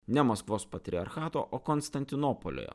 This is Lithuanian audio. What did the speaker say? ne maskvos patriarchato o konstantinopolio